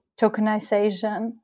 tokenization